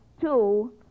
two